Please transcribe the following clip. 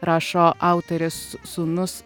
rašo autorės sūnus